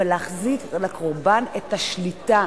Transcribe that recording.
אבל, להחזיר לקורבן את השליטה